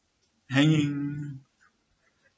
hanging